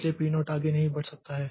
इसलिए पी 0 आगे नहीं बढ़ सकता है